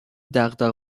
دغدغه